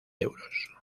euros